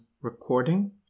recording